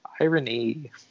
Irony